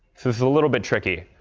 a little bit funky,